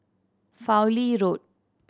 Fowlie Road